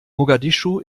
mogadischu